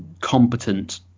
competent